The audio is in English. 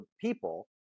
people